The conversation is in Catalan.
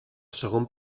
segon